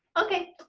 okay.